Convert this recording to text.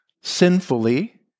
sinfully